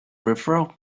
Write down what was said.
referral